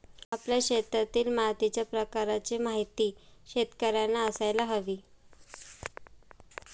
आपल्या शेतातील मातीच्या प्रकाराची माहिती शेतकर्यांना असायला हवी